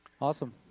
Awesome